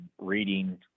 reading